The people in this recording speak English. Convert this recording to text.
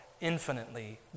infinitely